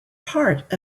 part